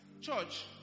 Church